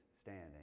standing